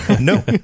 No